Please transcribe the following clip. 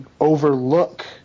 overlook